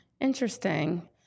Interesting